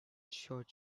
short